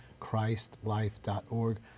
Christlife.org